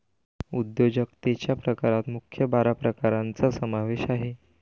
उद्योजकतेच्या प्रकारात मुख्य बारा प्रकारांचा समावेश आहे